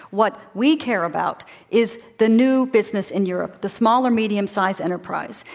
what we care about is the new business in europe the smaller, medium-sized enterprise.